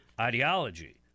ideology